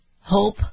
Hope